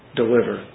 deliver